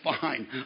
fine